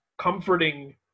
comforting